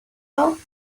out